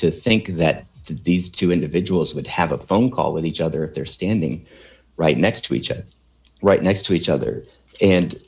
to think that these two individuals would have a phone call with each other they're standing right next to each other right next to each other and